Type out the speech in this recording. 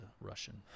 Russian